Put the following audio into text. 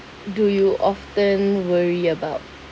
do you often worry about